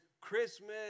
Christmas